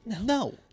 No